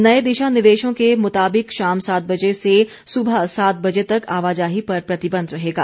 नए दिशा निर्देशों के मुताबिक शाम सात बजे से सुबह सात बजे तक आवाजाही पर प्रतिबंध रहेगा